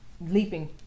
leaping